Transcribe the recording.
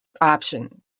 option